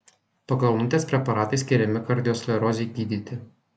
pakalnutės preparatai skiriami kardiosklerozei gydyti